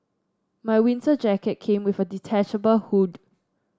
my winter jacket came with a detachable hood